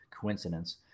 coincidence